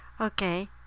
Okay